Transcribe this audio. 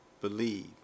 believe